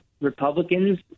Republicans